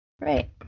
Right